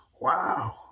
Wow